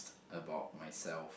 about myself